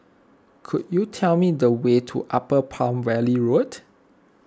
could you tell me the way to Upper Palm Valley Road